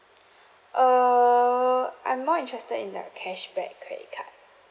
err I'm more interested in that cashback credit card